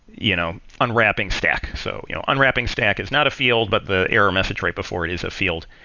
you know unwrapping stack. so you know unwrapping stack is not a field, but the error message right before it is a field.